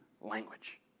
language